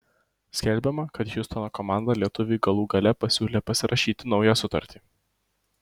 skelbiama kad hjustono komanda lietuviui galų gale pasiūlė pasirašyti naują sutartį